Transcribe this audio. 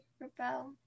rebel